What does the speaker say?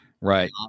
Right